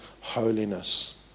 holiness